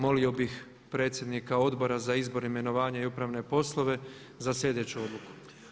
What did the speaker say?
Molio bih predsjednika Odbora za izbor, imenovanje i upravne poslove za sljedeću odluku.